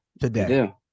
today